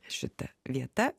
šita vieta